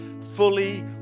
fully